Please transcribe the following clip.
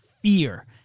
fear